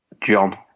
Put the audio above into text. John